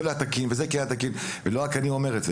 תקין וזה היה תקין ולא רק אני אומר את זה,